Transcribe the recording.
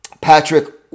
Patrick